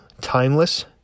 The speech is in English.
timeless